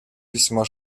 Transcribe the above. весьма